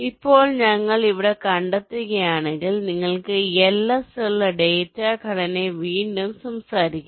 ഇപ്പോൾ ഞങ്ങൾ ഇവിടെ കണ്ടെത്തുകയാണെങ്കിൽ നിങ്ങൾക്ക് LS ഉള്ള ഡാറ്റാ ഘടനയെക്കുറിച്ച് വീണ്ടും സംസാരിക്കുന്നു